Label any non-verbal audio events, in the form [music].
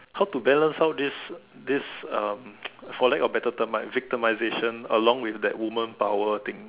how to balance out this this um [noise] for lack of better term right victimization along with that woman power thing